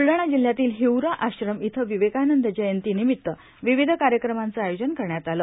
बुलळणा जिल्ह्यातील ठिवरा आश्रम इथं विवेकानंद जयंती विमित्त विविध कार्यक्रमांचं आयोजन करण्यात आलं